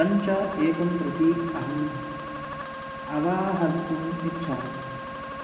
पञ्च एकं प्रति अहम् अवाहर्तुम् इच्छामि